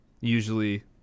usually